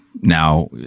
Now